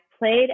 played